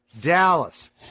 Dallas